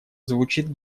звучит